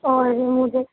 اور مجھے